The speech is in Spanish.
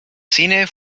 cine